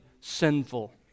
sinful